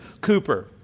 Cooper